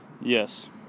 Yes